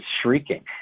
shrieking